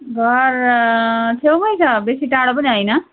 घर छेउमै छ बेसी टाढो पनि होइन